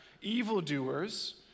Evildoers